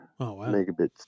megabits